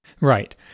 Right